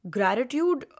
Gratitude